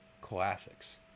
classics